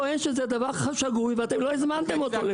טוען שזה דבר שגוי ואתם לא הזמנתם אותו,